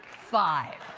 five.